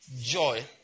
joy